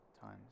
time's